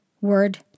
word